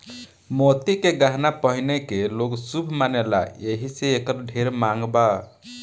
मोती के गहना पहिने के लोग शुभ मानेला एही से एकर ढेर मांग बा